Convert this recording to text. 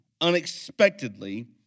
unexpectedly